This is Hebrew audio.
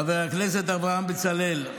חבר הכנסת אברהם בצלאל,